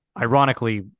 ironically